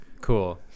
Cool